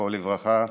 זכרו לברכה,